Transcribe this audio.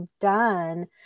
done